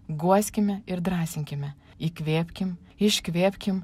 guoskime ir drąsinkime įkvėpkim iškvėpkim